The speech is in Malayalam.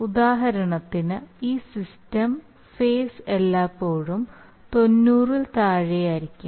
ഉദാഹരണത്തിന് ഈ സിസ്റ്റം ഫേസ് എല്ലായ്പ്പോഴും 90 ൽ താഴെയായിരിക്കും